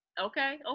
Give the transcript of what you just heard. Okay